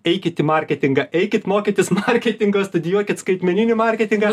eikit į marketingą eikit mokytis marketingo studijuokit skaitmeninį marketingą